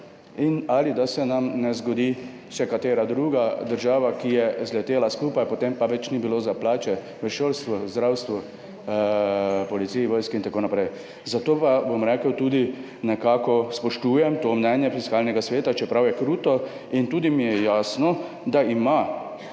ali da se nam ne bi zgodila še katera druga država, ki je zletela skupaj, potem pa več ni bilo za plače v šolstvu, zdravstvu, policiji, vojski in tako naprej. Zato pa bom rekel, da nekako tudi spoštujem to mnenje Fiskalnega sveta, čeprav je kruto, in mi je tudi jasno, da imata